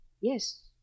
Yes